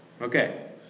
Okay